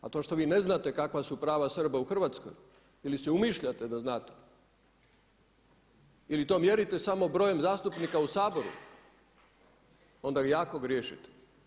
A to što vi ne znate kakva su prava Srba u Hrvatskoj ili si umišljate da znate ili to mjerite samo brojem zastupnika u Saboru onda vi jako griješite.